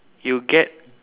you get